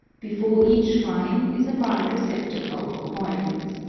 before each shrine is a barred receptacle for coins.